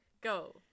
Go